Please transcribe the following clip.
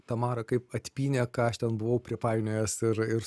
tamara kaip atpynė ką aš ten buvau pripainiojęs ir ir